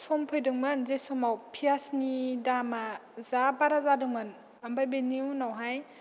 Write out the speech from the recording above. सम फैदोंमोन जे समाव पियासनि दामा जा बारा जादोंमोन ओमफ्राय बेनि उनावहाय